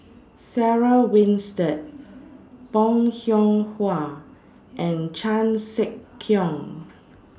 Sarah Winstedt Bong Hiong Hwa and Chan Sek Keong